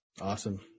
Awesome